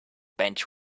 bench